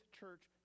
church